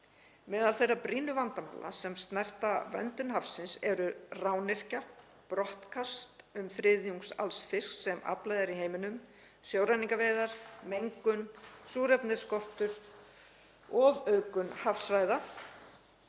Meðal þeirra brýnu vandamála sem snerta verndun hafsins eru rányrkja, brottkast um þriðjungs alls fisks sem aflað er í heiminum, sjóræningjaveiðar, mengun, súrefnisskortur, ofauðgun hafsvæða,